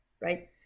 right